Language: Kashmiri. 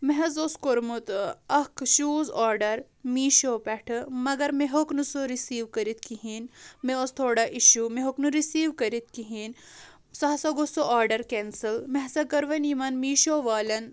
مےٚ حظ اوس کوٚرمُت اَکھ شوٗز آرڈَر میٖشو پٮ۪ٹھٕ مگر مےٚ ہیوٚکھ نہٕ سُہ رِسیٖو کٔرِتھ کِہیٖنۍ مےٚ اوس تھوڑا اِشوٗ مےٚ ہیوٚکھ نہٕ رِسیٖو کٔرِتھ کِہیٖنۍ سُہ ہسا گوٚو سُہ آرڈَر کٮ۪نسٕل مےٚ ہسا کٔر وَنہِ یِمَن میٖشو والٮ۪ن